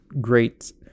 great